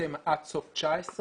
להתפרסם עד סוף 2019,